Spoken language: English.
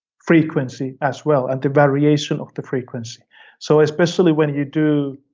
frequency as well, and the variation of the frequency so especially when you do,